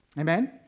Amen